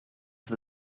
the